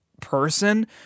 person